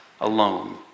alone